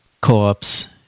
Co-ops